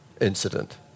incident